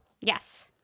Yes